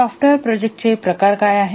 software प्रोजेक्टचे प्रकार काय आहेत